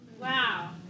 Wow